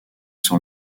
sur